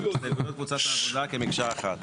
הסתייגויות קבוצת "העבודה" כמקשה אחת.